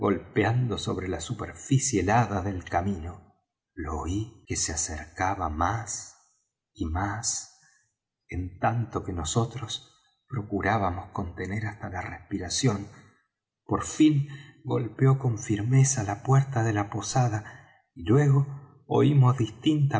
golpeando sobre la superficie helada del camino lo oí que se acercaba más y más en tanto que nosotros procurábamos contener hasta la respiración por fin golpeó con firmeza en la puerta de la posada y luego oímos